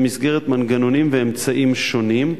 במסגרת מנגנונים ואמצעים שונים,